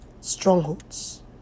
strongholds